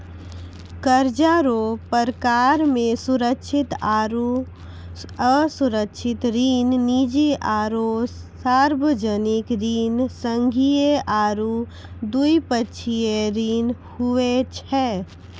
कर्जा रो परकार मे सुरक्षित आरो असुरक्षित ऋण, निजी आरो सार्बजनिक ऋण, संघीय आरू द्विपक्षीय ऋण हुवै छै